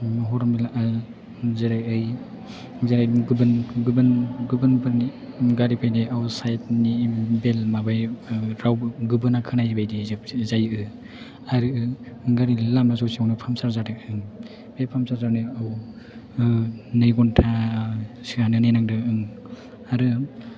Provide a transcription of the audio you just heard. हर्न बेल आ जेरै गुबुन गुबुनफोरनि गारि फैनायाव साइड नि बेल माबाया रावबो गुबुना खोनायिबायदि जोबसो जायो आरो गारिया लामा ससेयावनो पांचार जादों बे पांचार जानायाव ओ नै घन्टा सोआनो नेनांदों आरो